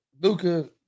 Luka